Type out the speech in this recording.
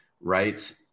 right